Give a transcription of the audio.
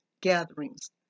gatherings